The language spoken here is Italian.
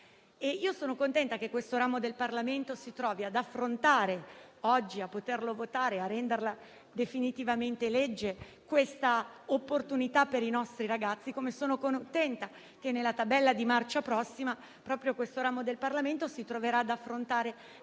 Sono contenta che questo ramo del Parlamento si trovi oggi ad affrontare, a poter votare, a rendere definitivamente legge questa opportunità per i nostri ragazzi. Sono altresì contenta che, nella prossima tabella di marcia, proprio questo ramo del Parlamento si troverà ad affrontare